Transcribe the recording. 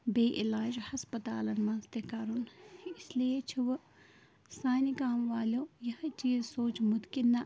بیٚیہِ علاج ہَسپٕتالَن منٛز تہِ کَرُن اِس لیے چھِ وۄنۍ سانِہ گامہٕ والیو یِہٕے چیٖز سوٗنٛچمُت کہِ نہ